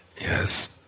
Yes